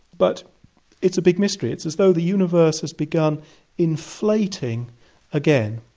but it's a big mystery. it's as though the universe has begun inflating again,